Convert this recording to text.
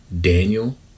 Daniel